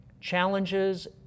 challenges